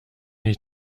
ich